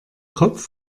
kopf